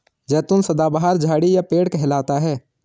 जैतून सदाबहार झाड़ी या पेड़ कहलाता है